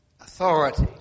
Authority